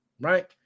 right